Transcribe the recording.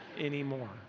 anymore